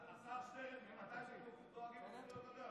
אלעזר שטרן, ממתי אתם דואגים לזכויות אדם?